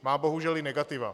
Má bohužel i negativa.